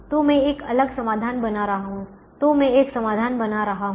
तो मैं एक अलग समाधान बना रहा हूं तो मैं एक समाधान बना रहा हूं